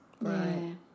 Right